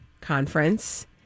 Conference